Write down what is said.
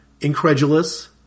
incredulous